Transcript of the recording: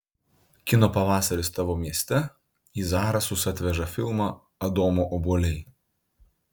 kino pavasaris tavo mieste į zarasus atveža filmą adomo obuoliai